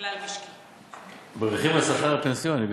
כלל-משקי של 33%. ברכיב השכר הפנסיוני,